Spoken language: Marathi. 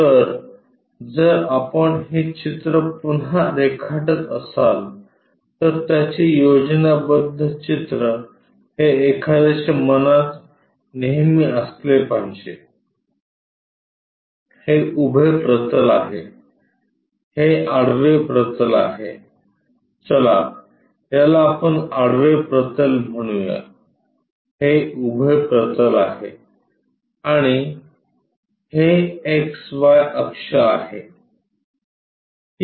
तर जर आपण हे चित्र पुन्हा रेखाटत असाल तर त्याचे योजनाबद्ध चित्र हे एखाद्याच्या मनात नेहमी असले पाहिजे हे उभे प्रतल आहे हे आडवे प्रतल आहे चला याला आपण आडवे प्रतल म्हणूया हे उभे प्रतल आहे आणि हे एक्स वाय अक्ष आहे